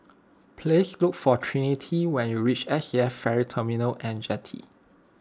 please look for Trinity when you reach Saf Ferry Terminal and Jetty